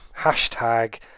Hashtag